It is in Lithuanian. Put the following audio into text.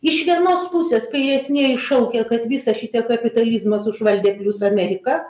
iš vienos pusės kairesnieji šaukia kad visa šita kapitalizmas užvaldė plius amerika